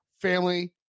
family